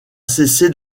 cessé